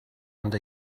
and